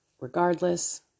Regardless